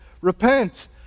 repent